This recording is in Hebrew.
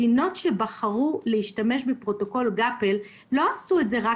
מדינות שבחרו להשתמש בפרוטוקול של גאפל וחשוב שזה יובן,